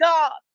God